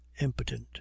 impotent